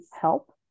help